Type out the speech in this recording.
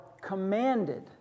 commanded